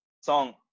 song